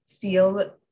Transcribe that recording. feel